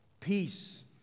Peace